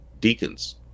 deacons